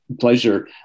Pleasure